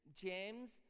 James